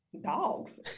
Dogs